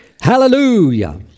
Hallelujah